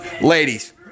Ladies